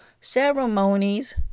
ceremonies